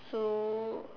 so